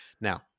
Now